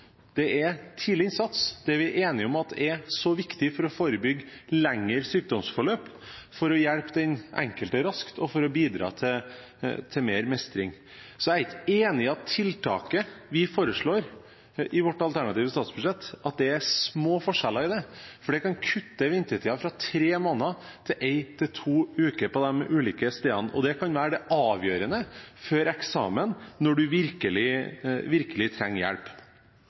det er tidlig innsats – det er vi enige om at er så viktig for å forebygge lengre sykdomsforløp, for å hjelpe den enkelte raskt og for å bidra til mer mestring. Så jeg er ikke enig i at det er små forskjeller når det gjelder det tiltaket vi foreslår i vårt alternative statsbudsjett, for det kan kutte ventetiden fra tre måneder til en–to uker på de ulike stedene. Det kan være det avgjørende før eksamen, når man virkelig trenger hjelp.